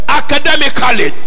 academically